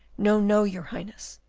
no, no, your highness,